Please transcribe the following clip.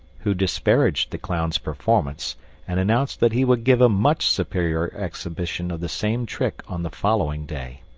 who disparaged the clown's performance and announced that he would give a much superior exhibition of the same trick on the following day.